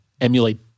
emulate